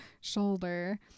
shoulder